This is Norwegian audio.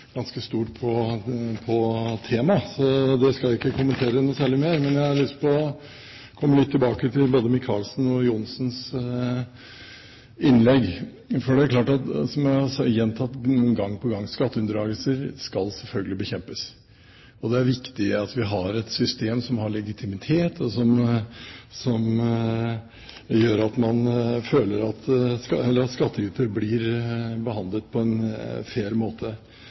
Det skal jeg ikke kommentere noe særlig mer. Men jeg har lyst til å komme litt tilbake til både Micaelsens og Johnsens innlegg. Det er klart, som jeg har gjentatt gang på gang: Skatteunndragelser skal selvfølgelig bekjempes, og det er viktig at vi har et system som har legitimitet, og som gjør at skattyter blir behandlet på en fair måte.